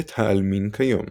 בית העלמין כיום